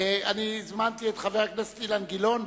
הזמנתי את חבר הכנסת אילן גילאון,